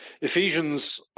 Ephesians